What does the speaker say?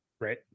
Right